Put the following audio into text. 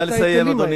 נא לסיים, אדוני.